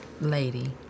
lady